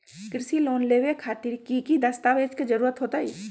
कृषि लोन लेबे खातिर की की दस्तावेज के जरूरत होतई?